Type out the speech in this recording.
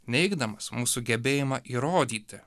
neigdamas mūsų gebėjimą įrodyti